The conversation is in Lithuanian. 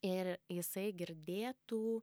ir jisai girdėtų